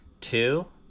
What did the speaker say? Two